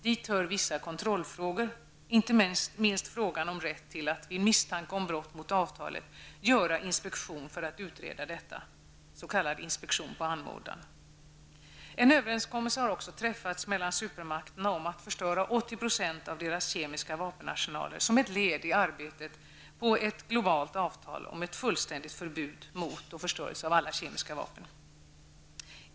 Dit hör vissa kontrollfrågor, inte minst frågan om rätt till att vid misstanke om brott mot avtalet göra inspektion för att utreda detta, s.k. inspektion på anmodan. En överenskommelse har också träffats mellan supermakterna om att förstöra 80 % av deras kemiska vapenarsenaler som ett led i arbetet på ett globalt avtal om ett fullständigt förbud mot och förstörelse av alla kemiska vapen.